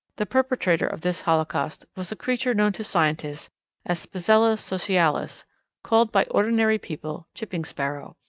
the perpetrator of this holocaust was a creature known to scientists as spizella socialis called by ordinary people chipping sparrow.